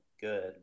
good